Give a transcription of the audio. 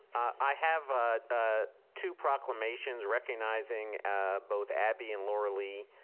i have ah ah two proclamations recognizing ah both abby and laura leigh,